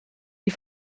die